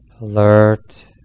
Alert